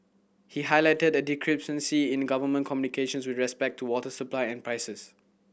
he highlighted a discrepancy in government communications with respect to water supply and prices